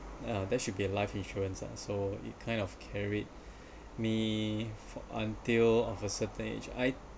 uh there should be a life insurance ah so it kind of carried me for until of a certain age I